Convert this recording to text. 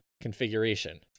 configuration